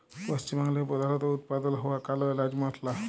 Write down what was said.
পশ্চিম বাংলায় প্রধালত উৎপাদল হ্য়ওয়া কাল এলাচ মসলা